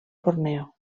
borneo